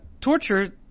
torture